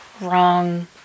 Wrong